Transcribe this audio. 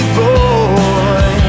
boy